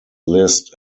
list